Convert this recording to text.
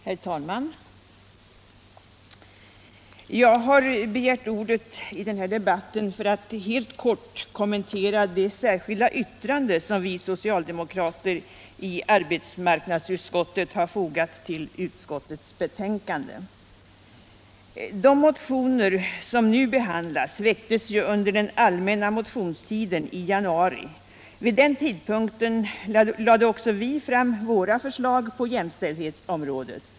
Herr talman! Jag har begärt ordet i den här debatten för att helt kort kommentera det särskilda yttrande som vi socialdemokrater i arbetsmarknadsutskottet har fogat till utskottets betänkande. De motioner som nu behandlas väcktes ju under den allmänna motionstiden i januari. Vid den tidpunkten lade vi också fram våra förslag på jämställdhetsområdet.